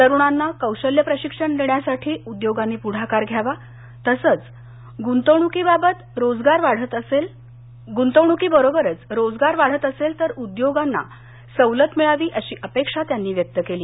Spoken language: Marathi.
तरुणांना कौशल्य प्रशिक्षण देण्यासाठी उद्योगांनी पुढाकार घ्यावा तसच गुंतवणुकीबरोबरच रोजगार वाढत असेल तर उद्योगांना सवलत मिळावी अशी अपेक्षा त्यांनी व्यक्त केली